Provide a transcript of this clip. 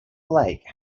lake